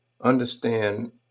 understand